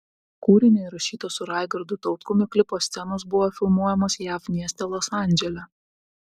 kūrinio įrašyto su raigardu tautkumi klipo scenos buvo nufilmuotos jav mieste los andžele